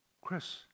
Chris